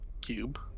cube